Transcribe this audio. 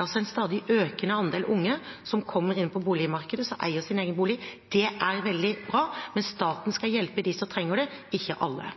altså en stadig økende andel unge som kommer inn på boligmarkedet, som eier sin egen bolig. Det er veldig bra. Men staten skal hjelpe dem som trenger det – ikke alle.